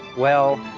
well.